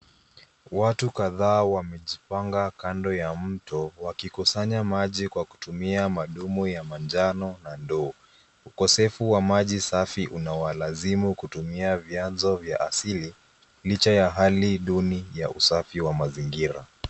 Watu kadhaa wamejipanga kando ya mto wakikusanya maji wakitumia madumu ya manjano na ndoo. Ukosefu wa maji safi unawalazimu kutumia vianzo vya asili licha ya hali duni ya usafi mazingira.